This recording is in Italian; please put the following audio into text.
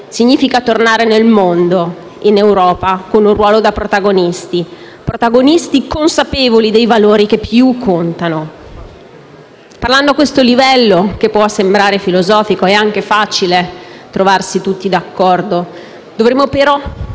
significa tornare nel mondo, in Europa, con un ruolo da protagonisti consapevoli dei valori che più contano. Parlando a questo livello - che può sembrare filosofico - è anche facile trovarsi tutti d'accordo; dovremmo avere,